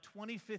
25th